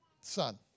son